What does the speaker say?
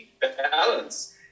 Balance